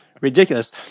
ridiculous